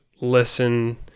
listen